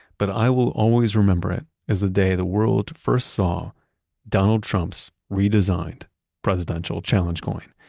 but i will always remember it as the day the world first saw donald trump's redesigned presidential challenge coin.